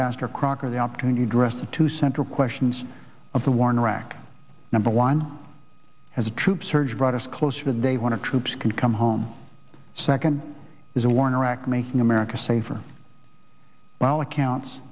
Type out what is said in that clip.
ambassador crocker the opportunity dressed to central questions of the war in iraq number one as a troop surge brought us closer they want to troops can come home second is a war in iraq making america safer by all accounts